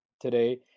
today